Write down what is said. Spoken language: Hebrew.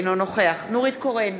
אינו נוכח נורית קורן,